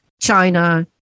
China